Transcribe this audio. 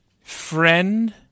friend